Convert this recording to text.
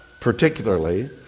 particularly